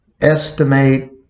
estimate